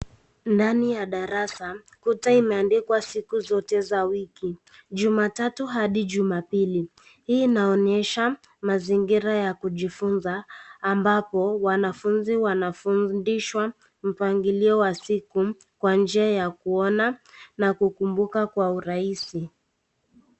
Ndani ya darasa kuta imeandikwa siku zote za wiki, jumatatu hadi jumapili, hii inaonyesha mazingira ya kujifunza ambapo wanafunzi wanafundishwa mpangilio wa siku kwa njia ya kuona na kukumbuka kwa urahisi.